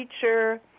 teacher